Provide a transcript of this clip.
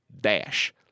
dash